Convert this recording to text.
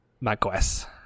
macOS